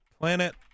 planet